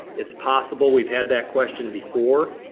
it's possible we've had that question before.